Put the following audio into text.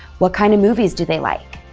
what kind of movies do they like?